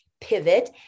pivot